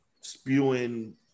spewing